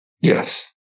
Yes